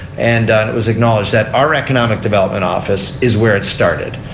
and it was acknowledged that our economic development office is where it started.